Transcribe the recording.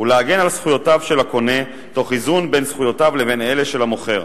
ולהגן על זכויותיו של הקונה תוך איזון בין זכויותיו לבין אלה של המוכר.